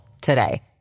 today